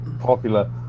popular